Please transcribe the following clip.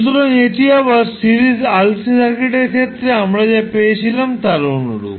সুতরাং এটি আবার সিরিজ RLC সার্কিটের ক্ষেত্রে আমরা যা পেয়েছিলাম তার অনুরূপ